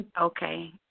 Okay